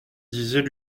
disait